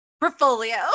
portfolio